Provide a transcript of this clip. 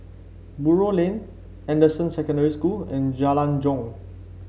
Buroh Lane Anderson Secondary School and Jalan Jong